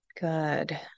Good